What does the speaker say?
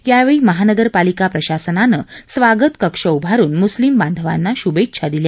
यावेळी महानगरपालिका प्रशासनानं स्वागत कक्ष उभारून मुस्लिम बांधवांना शुभेच्छा दिल्या